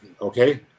Okay